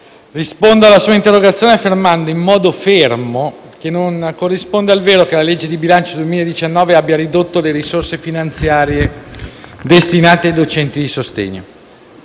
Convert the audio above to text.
rispondo alla sua interrogazione affermando, in modo fermo, che non corrisponde al vero che la legge di bilancio 2019 abbia ridotto le risorse finanziarie destinate ai docenti di sostegno.